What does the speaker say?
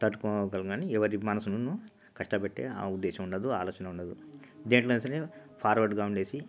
తట్టుకోగలనని ఎవరిమనసును కష్టపెట్టే ఉద్దేశం ఉండదు ఆ ఆలోచన ఉండదు దేంట్లోనయినా సరే ఫార్వాడ్గా ఉండేసి